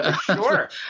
Sure